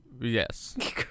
yes